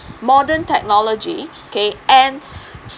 modern technology okay and